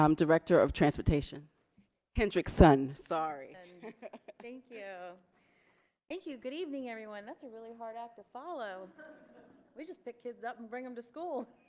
um director of transportation hendrickson sorry thank ya thank you good evening everyone that's really hard act to follow we just pick kids up and bring them to school